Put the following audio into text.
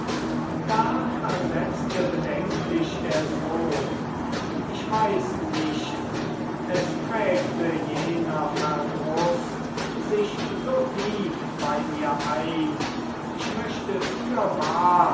da versetzte bedenklich der sohn ich weiß nicht es prägte jener verdruß sich so tief bei mir ein ich möchte fürwahr